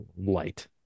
light